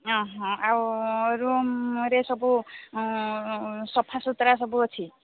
ଅ ହଁ ଆଉ ରୁମ୍ରେ ସବୁ ସଫାସୁୁତୁରା ସବୁ ଅଛି